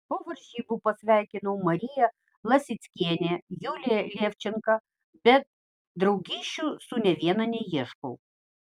po varžybų pasveikinau mariją lasickienę juliją levčenką bet draugysčių su nė viena neieškau